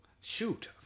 Shoot